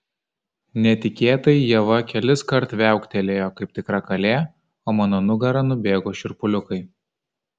netikėtai ieva keliskart viauktelėjo kaip tikra kalė o mano nugara nubėgo šiurpuliukai